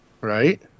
Right